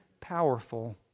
powerful